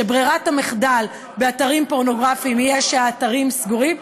שברירת המחדל באתרים פורנוגרפיים תהיה שהאתרים סגורים,